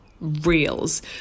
reels